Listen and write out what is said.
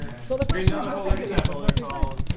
so the question is what does the leopard represent?